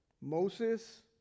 Moses